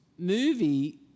movie